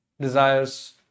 desires